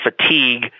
fatigue